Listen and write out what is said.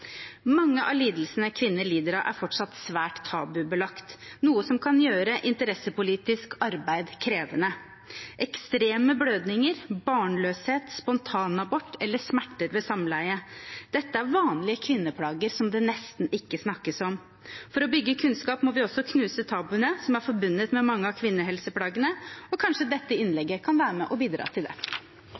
Mange av lidelsene kvinner lider av, er fortsatt svært tabubelagt, noe som kan gjøre interessepolitisk arbeid krevende. Ekstreme blødninger, barnløshet, spontanabort eller smerter ved samleie – dette er vanlige kvinneplager som det nesten ikke snakkes om. For å bygge kunnskap må vi også knuse tabuene som er forbundet med mange av kvinnehelseplagene, og kanskje dette innlegget kan være med på å bidra til det.